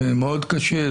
זה מאוד קשה,